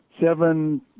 seven